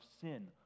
sin